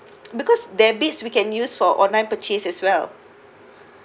because debit we can use for online purchase as well